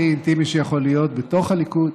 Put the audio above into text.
הכי אינטימי שיכול להיות בתוך הליכוד,